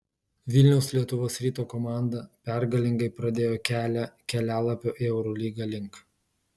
vilniaus lietuvos ryto komanda pergalingai pradėjo kelią kelialapio į eurolygą link